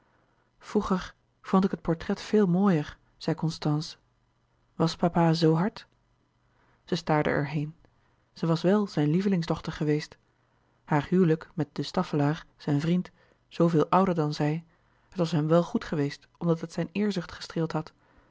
vroeger vond ik het portret veel mooier zei constance was papa zoo hard zij staarde er heen zij was wèl zijne lievelingsdochter geweest haar huwelijk met de staffelaer zijn vriend zooveel ouder dan zij het was hem wel goed geweest omdat het zijn eerzucht gestreeld had